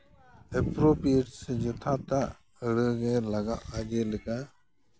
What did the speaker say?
appropriate ᱥᱮ ᱡᱚᱛᱷᱟᱛᱟᱜ ᱟᱹᱲᱟᱹᱜᱮ ᱞᱟᱜᱟᱼᱟ ᱡᱮᱞᱮᱠᱟ